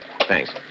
Thanks